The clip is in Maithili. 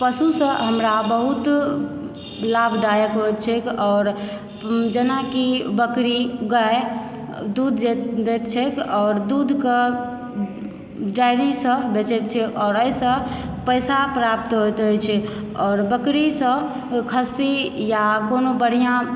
पशुसँ हमरा बहुत लाभदायक होयत छैक आओर जेनाकि बकरी गाय दूध जे दैत छैक आओर दूधकऽ डेयरीसँ बेचय छैक आओर एहिसँ पैसा प्राप्त होयत अछि आओर बकरीसँ खस्सी वा कोनो बढ़िआँ